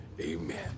amen